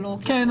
כן,